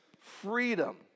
Freedom